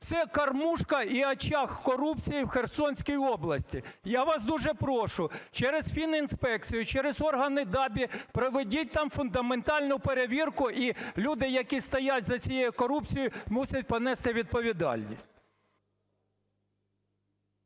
Це кормушка і очаг корупції в Херсонській області. Я вас дуже прошу через фінінспекцію, через органи ДАБІ проведіть там фундаментальну перевірку, і люди, які стоять за цією корупцією, мусять понести відповідальність.